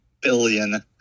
billion